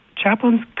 chaplain's